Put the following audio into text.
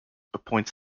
appoints